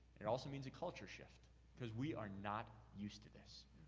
it also means a culture shift cause we are not used to this.